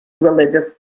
religious